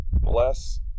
Bless